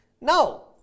Now